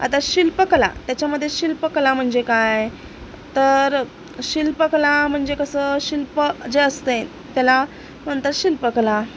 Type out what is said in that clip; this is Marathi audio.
आता शिल्पकला त्याच्यामध्ये शिल्पकला म्हणजे काय तर शिल्पकला म्हणजे कसं शिल्प जे असतय त्याला म्हणतात शिल्पकला